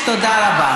תודה.